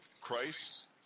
Christ